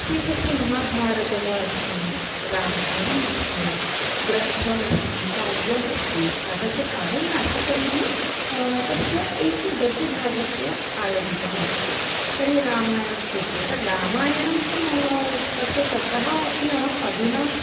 के तस्य महाभारतम् अस्मि रामायणम् अस्मि ग्रन्थमस्ति काव्यम् अस्ति तस्य काव्यं नास्ति तर्हि तस्य एकगद्यभागस्य आयोजितः अस्ति तर्हि रामायणं कृते तर्हि रामायणं तस्य शब्दः अपि अहम् अधुना